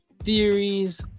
Theories